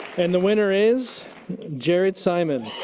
and the winner is jared simon.